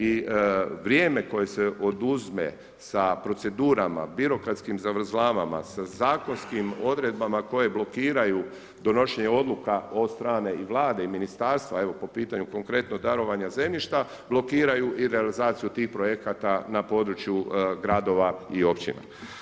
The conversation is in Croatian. I vrijeme koje se oduzme sa procedurama, birokratskim zavrzlamama, sa zakonskim odredbama koje blokiraju donošenje odluka od strane i Vlade i ministarstva evo po pitanju konkretno darovanja zemljišta, blokiraju i realizaciju tih projekata na području gradova i općina.